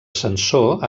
sensor